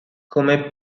come